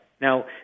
Now